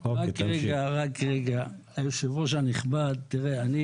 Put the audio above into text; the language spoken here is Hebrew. רק מול אנשי מקצוע ותו לא.